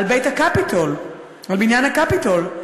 על בניין הקפיטול,